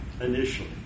Initially